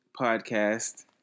podcast